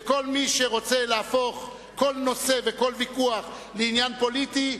וכל מי שרוצה להפוך כל נושא וכל ויכוח לעניין פוליטי,